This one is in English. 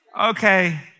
okay